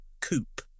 Coupe